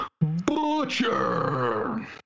Butcher